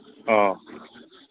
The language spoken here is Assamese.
অঁ